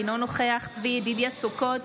אינו נוכח צבי ידידיה סוכות,